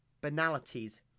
banalities